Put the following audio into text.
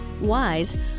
wise